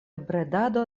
bredado